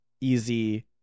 easy